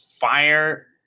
fire –